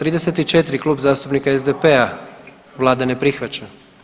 34, Klub zastupnika SDP-a, Vlada ne prihvaća.